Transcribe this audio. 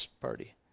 party